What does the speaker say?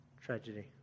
tragedy